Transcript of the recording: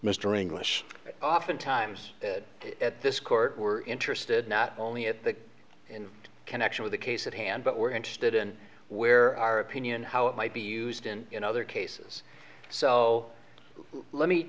mr english oftentimes at this court were interested not only at that in connection with the case at hand but we're interested in where our opinion how it might be used in other cases so let me